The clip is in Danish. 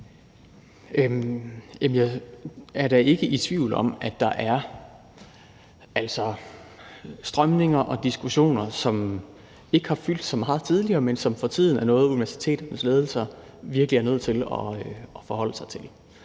jeg er da ikke i tvivl om, at der er strømninger og diskussioner, som ikke har fyldt så meget tidligere, men som for tiden er noget, universiteternes ledelser virkelig er nået til at forholde sig til,